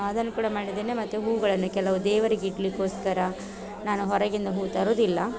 ಅದನ್ನು ಕೂಡ ಮಾಡಿದ್ದೇನೆ ಮತ್ತು ಹೂಗಳನ್ನು ಕೆಲವು ದೇವರಿಗೆ ಇಡಲಿಕ್ಕೋಸ್ಕರ ನಾನು ಹೊರಗಿಂದ ಹೂ ತರುವುದಿಲ್ಲ